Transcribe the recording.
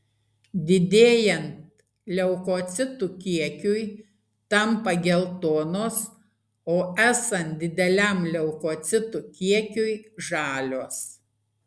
didėjant leukocitų kiekiui tampa geltonos o esant dideliam leukocitų kiekiui žalios